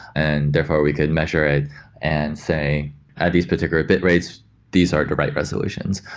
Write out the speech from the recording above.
and therefore, we could measure it and say at these particular bitrates, these are the right resolutions.